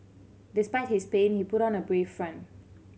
despite his pain he put on a brave front